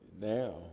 now